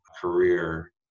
career